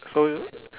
so